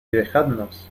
dejadnos